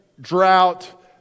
drought